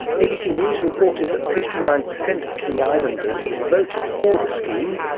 abc news reported that fifty nine percent of king islanders voted for the scheme,